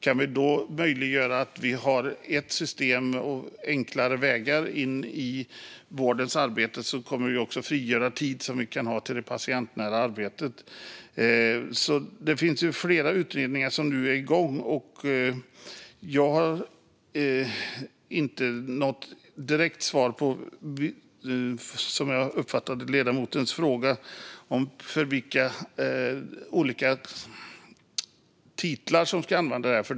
Kan vi då möjliggöra att vi har ett system och enklare vägar in i vårdens arbete kommer vi också att frigöra tid till det patientnära arbetet. Flera utredningar är alltså igång. Jag har inte något direkt svar på ledamotens fråga som jag uppfattade den, alltså vilka olika titlar som ska använda det här.